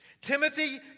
Timothy